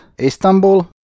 Istanbul